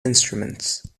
instruments